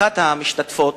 ואחת המשתתפות,